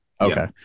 Okay